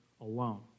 alone